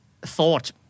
thought